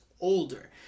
older